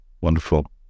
Wonderful